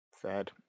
Third